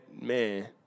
man